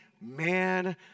man